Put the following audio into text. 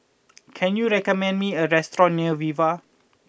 can you recommend me a restaurant near Viva